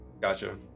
gotcha